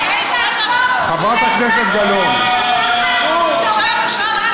אתה מעז להשוות בין מאכער בושה לך,